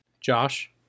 Josh